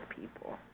people